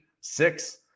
six